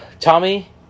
Tommy